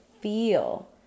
feel